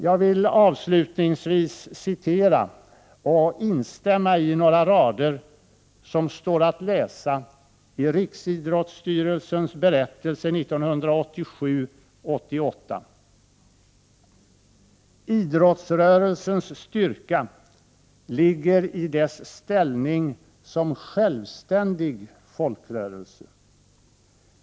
Jag vill avslutningsvis citera och instämma i några rader som står att läsa i Riksidrottsstyrelsens berättelse 1987/88: ”Idrottsrörelsens styrka ligger i dess ställning som självständig folkrörelse.